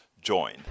join